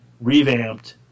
revamped